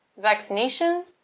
vaccination